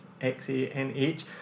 X-A-N-H